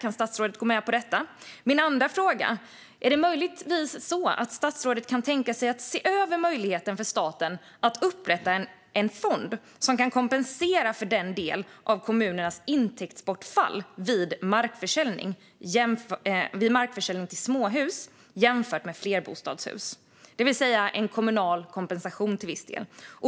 Kan statsrådet gå med på detta? Min andra fråga är om statsrådet möjligtvis kan tänka sig att se över möjligheten för staten att upprätta en fond som kan kompensera för en viss del av kommunernas intäktsbortfall vid markförsäljning till småhus i stället för till flerbostadshus, det vill säga en kommunal kompensation till viss del.